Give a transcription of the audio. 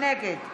נגד